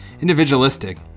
individualistic